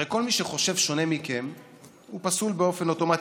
הרי כל מי שחושב שונה מכם הוא פסול באופן אוטומטי,